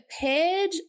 paired